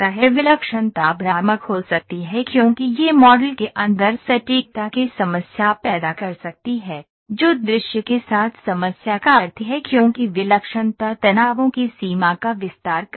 विलक्षणता भ्रामक हो सकती है क्योंकि यह मॉडल के अंदर सटीकता की समस्या पैदा कर सकती है जो दृश्य के साथ समस्या का अर्थ है क्योंकि विलक्षणता तनावों की सीमा का विस्तार करती है